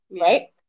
Right